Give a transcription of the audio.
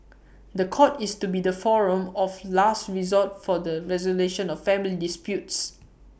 The Court is to be the forum of last resort for the resolution of family disputes